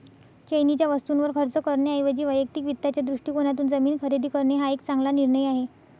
चैनीच्या वस्तूंवर खर्च करण्याऐवजी वैयक्तिक वित्ताच्या दृष्टिकोनातून जमीन खरेदी करणे हा एक चांगला निर्णय आहे